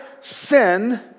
sin